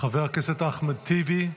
חבר הכנסת אחמד טיבי,